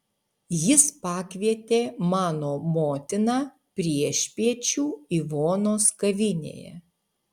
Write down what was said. jis pakvietė mano motiną priešpiečių ivonos kavinėje